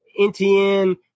NTN